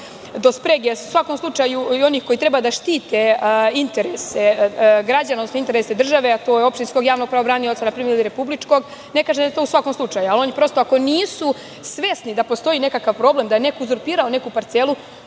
do sprege.U svakom slučaju, i oni koji treba da štite interese građana, odnosno države, a to je opštinski javni pravobranilac ili republički, ne kažem da je to u svakom slučaju, ali prosto ako nisu svesni da postoji neki problem da je neko uzurpirao neku parcelu